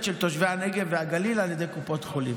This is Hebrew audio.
של תושבי הנגב והגליל על ידי קופות חולים.